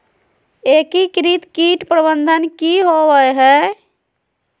एकीकृत कीट प्रबंधन की होवय हैय?